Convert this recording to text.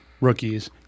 rookies